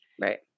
Right